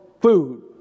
food